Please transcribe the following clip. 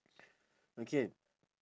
okay